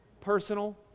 personal